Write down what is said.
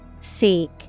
Seek